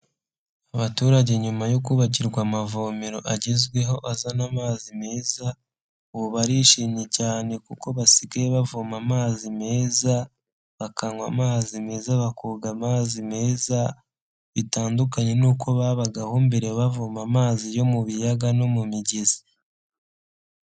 Abaturage nyuma yo kubakirwa amavomero agezweho azana amazi meza, ubu barishimye cyane kuko basigaye bavoma amazi meza, bakanywa amazi meza bakoga amazi meza, bitandukanye n'uko babagaho mbere bavoma amazi yo mu biyaga no mu migezi.